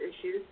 issues